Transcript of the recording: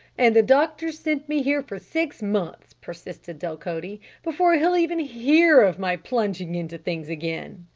and the doctor's sent me here for six months, persisted delcote, before he'll even hear of my plunging into things again!